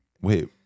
Wait